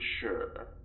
sure